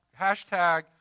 hashtag